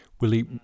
Willie